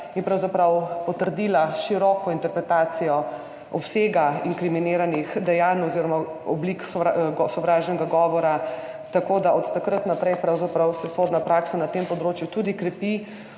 potrdila široko interpretacijo obsega inkriminiranih dejanj oziroma oblik sovražnega govora, tako da se od takrat naprej pravzaprav na tem področju tudi sodna